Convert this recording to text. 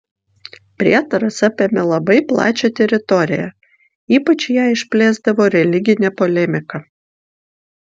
prietaras apėmė labai plačią teritoriją ypač ją išplėsdavo religinė polemika